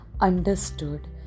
understood